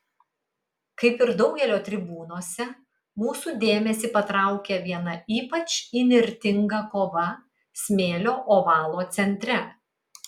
kaip ir daugelio tribūnose mūsų dėmesį patraukia viena ypač įnirtinga kova smėlio ovalo centre